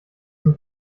dem